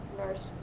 nurse